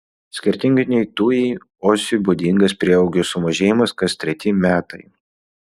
skirtingai nei tujai uosiui būdingas prieaugio sumažėjimas kas treti metai